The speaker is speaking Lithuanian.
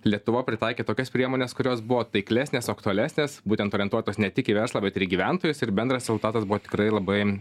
lietuva pritaikė tokias priemones kurios buvo taiklesnės aktualesnės būtent orientuotos ne tik į verslą bet ir į gyventojus ir bendras rezultatas buvo tikrai labai